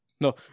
no